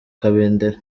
kabendera